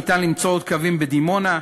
אפשר למצוא עוד קווים בדימונה,